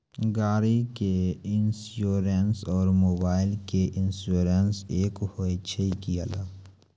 गाड़ी के इंश्योरेंस और मोबाइल के इंश्योरेंस एक होय छै कि अलग?